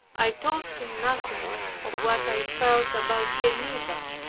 i told him nothing of what i felt about geneva.